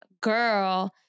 girl